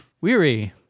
weary